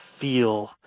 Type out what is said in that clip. feel